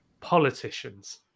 politicians